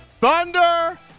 thunder